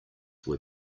were